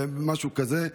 משהו כזה,